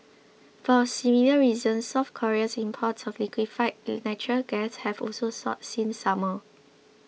for similar reasons South Korea's imports of liquefied natural gas have also soared since summer